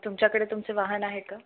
तुमच्याकडे तुमचे वाहन आहे का